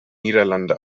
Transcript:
niederlande